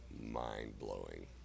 mind-blowing